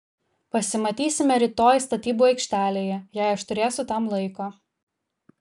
pasimatysime rytoj statybų aikštelėje jei aš turėsiu tam laiko